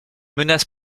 menace